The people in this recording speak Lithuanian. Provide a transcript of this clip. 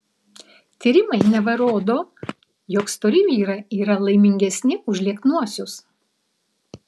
tyrimai neva rodo jog stori vyrai yra laimingesni už lieknuosius